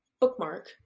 bookmark